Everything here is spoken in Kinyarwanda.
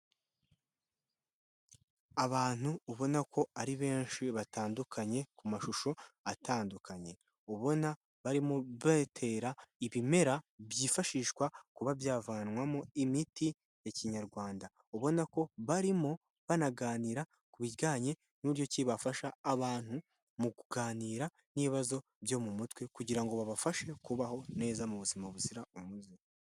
Abantu ubona ko ari benshi batandukanye, ku mashusho atandukanye, ubona barimo batera ibimera byifashishwa kuba byavanwamo imiti ya kinyarwanda, ubona ko barimo banaganira ku bijyanye n'uburyo ki bafasha abantu mu kuganira n'ibibazo byo mu mutwe kugira ngo babafashe kubaho neza mu buzima buzira umuze.